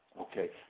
okay